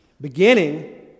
Beginning